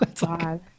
God